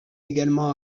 également